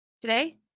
Today